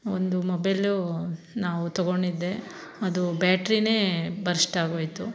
ಒಂದು ಮೊಬೈಲು ನಾವು ತೊಗೊಂಡಿದ್ದೆ ಅದು ಬ್ಯಾಟ್ರಿನೇ ಬರ್ಸ್ಟ್ ಆಗೋಯ್ತು